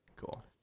Cool